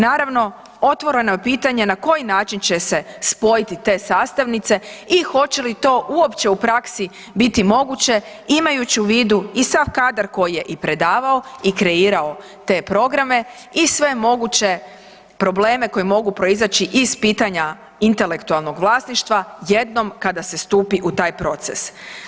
Naravno, otvoreno je pitanje na koji način će se spojiti te sastavnice i hoće li to uopće u praksi biti moguće imajući u vidu i sam kadar koji je i predavao i kreirao te programe i sve moguće probleme koji mogu proizaći iz pitanja intelektualnog vlasništva jednom kada se stupi u taj proces.